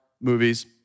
movies